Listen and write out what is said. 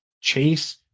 Chase